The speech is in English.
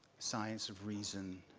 science of reason,